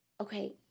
Okay